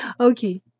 Okay